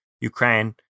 Ukraine